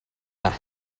yna